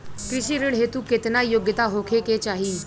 कृषि ऋण हेतू केतना योग्यता होखे के चाहीं?